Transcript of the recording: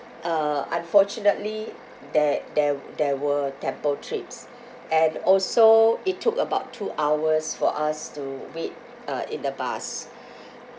uh unfortunately there there there were temple trips and also it took about two hours for us to wait uh in the bus